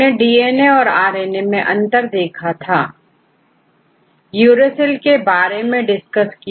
हमने complementary stand के बारे में डिस्कस किया